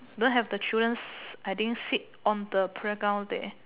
don't have the children I think sit on the playground there